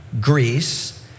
Greece